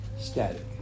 static